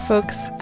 folks